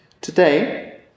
Today